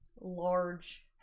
large